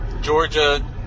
Georgia